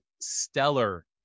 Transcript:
stellar